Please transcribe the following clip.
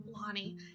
Lonnie